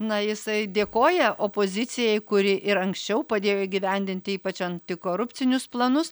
na jisai dėkoja opozicijai kuri ir anksčiau padėjo įgyvendinti ypač antikorupcinius planus